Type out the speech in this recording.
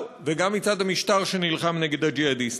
וגם מצד המשטר שנלחם נגד הג'יהאדיסטים.